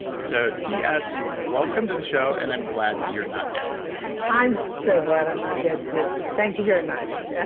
so ts, welcome to the show, and i'm glad that you're not dead i'm so glad i'm not dead, too. thank you very much. yeah